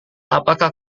apakah